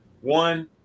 one